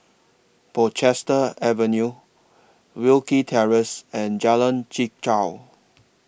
Portchester Avenue Wilkie Terrace and Jalan Chichau